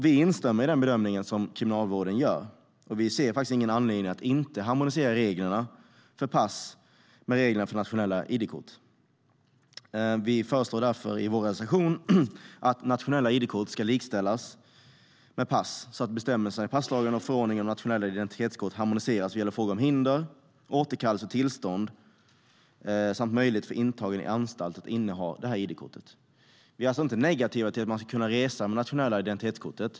Vi instämmer i den bedömning som Kriminalvården gör, och vi ser faktiskt ingen anledning till att inte harmonisera reglerna för pass med reglerna för nationella id-kort. Vi föreslår därför i vår reservation att nationella id-kort ska likställas med pass så att bestämmelserna i passlagen och förordningen om nationella identitetskort harmoniseras i fråga om hinder, återkallelse och tillstånd samt möjlighet för intagen i anstalt att inneha id-kortet. Vi är alltså inte negativa till att kunna resa med nationella identitetskortet.